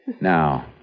Now